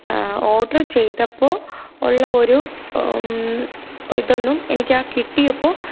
order ചെയ്തപ്പോൾ ഉള്ള ഒരു ഇതൊന്നും എനിക്കാ കിട്ടിയപ്പോൾ